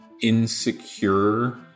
insecure